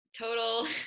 total